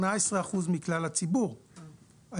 יש לנו את היכולת להציג תשובות